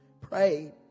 pray